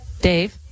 dave